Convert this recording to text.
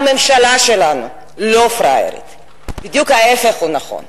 והממשלה שלנו לא פראיירית, בדיוק ההיפך הוא הנכון.